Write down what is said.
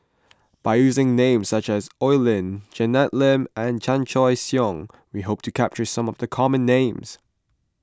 by using names such as Oi Lin Janet Lim and Chan Choy Siong we hope to capture some of the common names